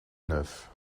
neuf